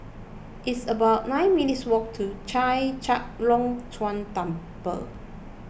it's about nine minutes' walk to Chek Chai Long Chuen Temple